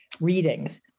readings